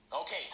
Okay